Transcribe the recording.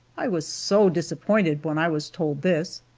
i was so disappointed when i was told this,